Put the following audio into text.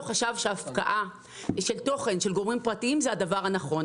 חשב שהפקעה של תוכן של גורמים פרטיים זה הדבר הנכון.